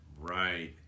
Right